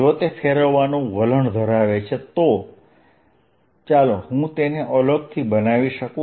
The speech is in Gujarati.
જો તે ફેરવવાનું વલણ ધરાવે છે તો ચાલો હું તેને અલગથી બનાવી શકું